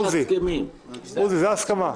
עוזי, זה ההסכמה.